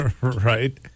Right